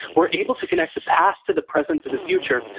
we're able to connect the past to the present to the future,